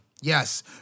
Yes